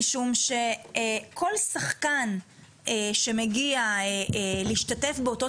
משום שכל שחקן שמגיע להשתתף באותו